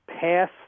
pass